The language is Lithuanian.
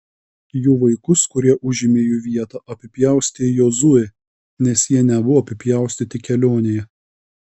jų vaikus kurie užėmė jų vietą apipjaustė jozuė nes jie nebuvo apipjaustyti kelionėje